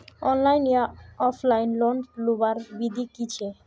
Online या offline loan लुबार विधि की छे?